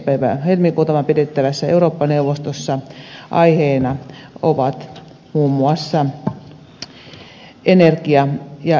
päivä helmikuuta pidettävässä eurooppa neuvostossa aiheena ovat muun muassa energia ja innovaatiopolitiikka